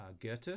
Goethe